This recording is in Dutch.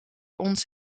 ons